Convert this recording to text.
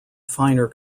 finer